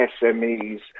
SMEs